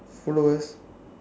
followers